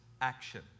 action